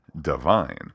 divine